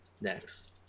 next